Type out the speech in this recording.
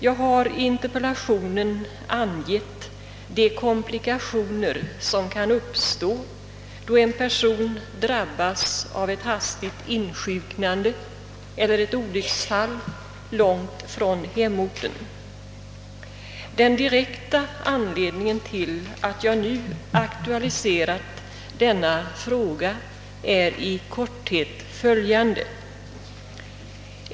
Jag har i interpellationen angett de komplikationer som kan uppstå då en person drabbas av ett hastigt insjuknande eller ett olycksfall långt från hemorten. Den direkta anledningen till att jag nu aktualiserat denna fråga är i korthet följande.